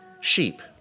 sheep